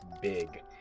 big